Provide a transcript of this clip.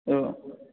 एवं